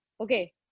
okay